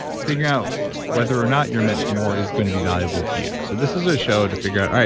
out whether or not you're meant for more is going to be valuable to you. so this is a show to figure out, all right,